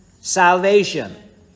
salvation